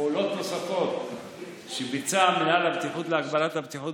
פעולות נוספות שביצע מינהל הבטיחות להגברת הבטיחות